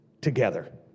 together